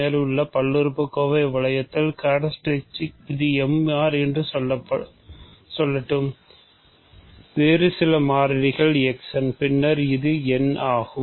இதேபோல் இதன் கேரக்ட்ரிஸ்டிக் இது mr என்று சொல்லட்டும் வேறு சில எண் மாறிகள் பின்னர் இதுவும் n